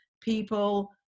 people